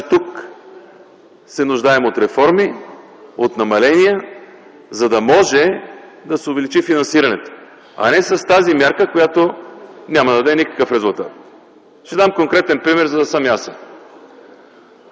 Тук се нуждаем от реформи, от намаления, за да може да се увеличи финансирането, а не с тази мярка, която няма да даде никакъв резултат. Ще дам конкретен пример, за да съм ясен.